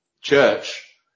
church